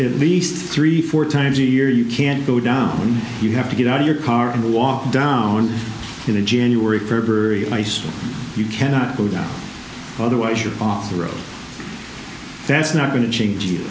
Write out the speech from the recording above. it least three four times a year you can't go down you have to get out of your car and walk down in a january february ice you cannot go down otherwise you're off the road that's not going to change